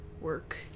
work